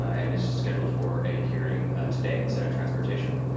and is scheduled for a hearing today in senate's transportation.